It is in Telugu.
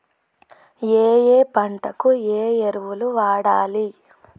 ఏయే పంటకు ఏ ఎరువులు వాడాలి?